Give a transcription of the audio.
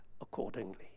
accordingly